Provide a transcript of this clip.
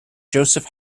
joseph